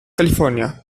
california